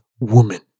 woman